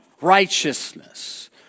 righteousness